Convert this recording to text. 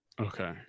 Okay